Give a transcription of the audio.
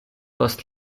post